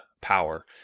power